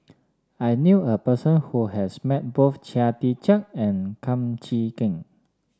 I knew a person who has met both Chia Tee Chiak and Kum Chee Kin